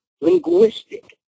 linguistic